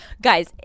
Guys